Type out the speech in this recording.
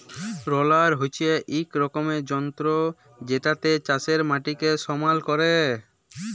roller হচ্যে এক রকমের যন্ত্র জেতাতে চাষের মাটিকে সমাল ক্যরে